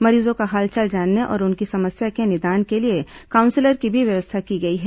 मरीजों का हालचाल जानने और उनकी समस्या के निदान के लिए काउंसलर की व्यवस्था भी की गई है